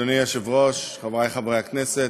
אדוני היושב-ראש, חברי חברי הכנסת,